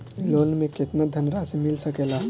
Loan मे केतना धनराशी मिल सकेला?